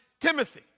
Timothy